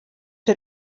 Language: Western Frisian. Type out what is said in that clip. der